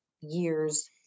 years